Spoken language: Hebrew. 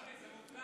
קרעי, זה מוקלט.